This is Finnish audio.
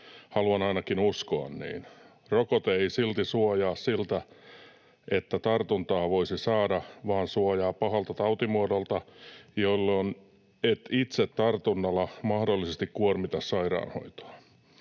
Haluan ainakin uskoa niin. Rokote ei silti suojaa siltä, ettei tartuntaa voisi saada, vaan suojaa pahalta tautimuodolta, jolloin et itse tartunnalla mahdollisesti kuormita sairaanhoitoa.